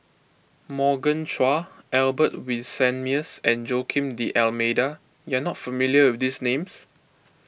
Morgan Chua Albert Winsemius and Joaquim D'Almeida you are not familiar with these names